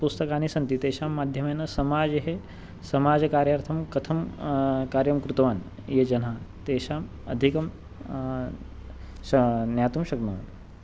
पुस्तकानि सन्ति तेषां माध्यमेन समाजे समाजकार्यार्थं कथं कार्यं कृतवान् ये जनाः तेषाम् अधिकं शा ज्ञातुं शक्नुमः